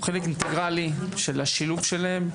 הוא חלק אינטגרלי לשילוב שלהם,